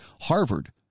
Harvard